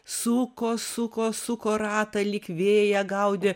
suko suko suko ratą lyg vėją gaudė